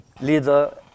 leader